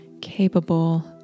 capable